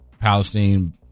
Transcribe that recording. Palestine